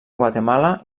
guatemala